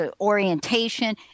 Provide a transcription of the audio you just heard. orientation